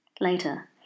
Later